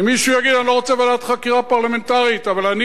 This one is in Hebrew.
אם מישהו יגיד: אני לא רוצה ועדת חקירה פרלמנטרית אבל אני